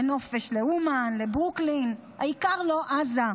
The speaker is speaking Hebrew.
לנופש לאומן, לברוקלין, העיקר לא עזה.